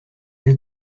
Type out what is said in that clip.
elle